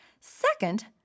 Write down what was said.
Second